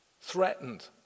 threatened